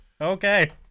Okay